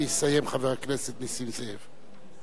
ויסיים חבר הכנסת נסים זאב.